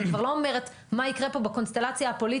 אני כבר לא אומרת מה יקרה פה בקונסטלציה הפוליטית,